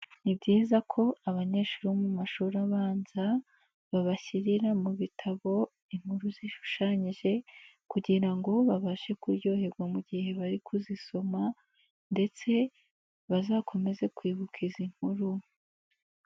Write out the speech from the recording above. Ni byiza ko abanyeshuri bo mu mashuri abanza babashyirira mu bitabo inkuru zishushanyije kugira ngo babashe kuryoherwa mu gihe bari kuzisoma ndetse bazakomeze kwibuka izi nkuru.